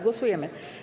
Głosujemy.